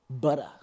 butter